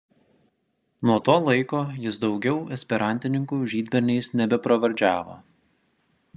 nuo to laiko jis daugiau esperantininkų žydberniais nebepravardžiavo